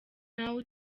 ntawe